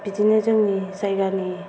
बिदिनो जोंनि जायगानि